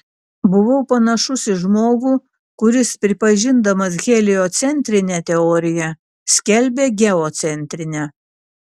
buvau panašus į žmogų kuris pripažindamas heliocentrinę teoriją skelbia geocentrinę